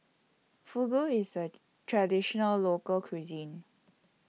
Fugu IS A Traditional Local Cuisine